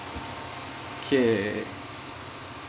K